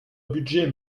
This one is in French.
budget